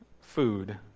food